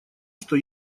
что